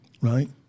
right